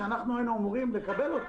שאנחנו היינו אמורים לקבל,